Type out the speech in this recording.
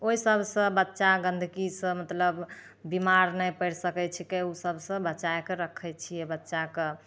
ओइ सबसँ बच्चा गन्दगीसँ मतलब बीमार नहि पड़ि सकय छिकै उ सबसँ बचायके रखय छियै बच्चाके